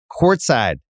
courtside